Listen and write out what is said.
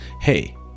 Hey